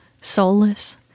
Soulless